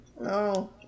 No